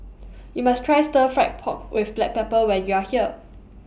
YOU must Try Stir Fried Pork with Black Pepper when YOU Are here